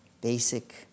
basic